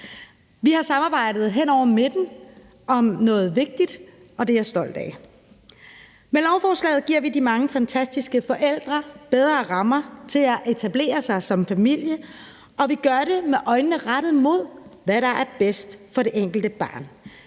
Vi har samarbejdet hen over midten om noget vigtigt, og det er jeg stolt af. Med lovforslaget giver vi de mange fantastiske forældre bedre rammer til at etablere sig som familie, og vi gør det med øjnene rettet mod, hvad der er bedst for det enkelte barn.